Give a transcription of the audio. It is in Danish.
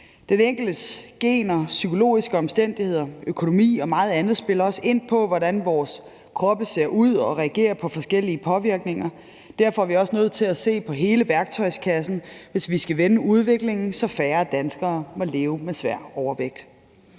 Den enkeltes gener, psykologiske omstændigheder, økonomi og meget andet har også indflydelse på, hvordan vores kroppe ser ud og reagerer på forskellige påvirkninger. Derfor er vi også nødt til at se på hele værktøjskassen, hvis vi skal vende udviklingen, så færre danskere må leve med svær overvægt.